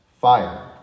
fire